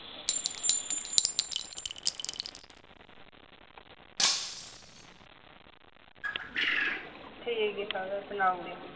ठीक ऐ पैह्लें सनाई ओड़ेओ